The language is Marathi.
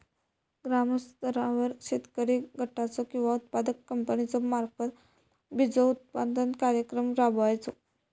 ग्रामस्तरावर शेतकरी गटाचो किंवा उत्पादक कंपन्याचो मार्फत बिजोत्पादन कार्यक्रम राबायचो?